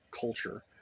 culture